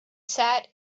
sat